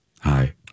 Hi